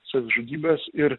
savižudybes ir